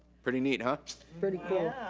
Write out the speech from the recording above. pretty neat, huh? pretty cool.